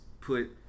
put